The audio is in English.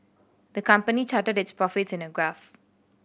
the company charted its profits in a graph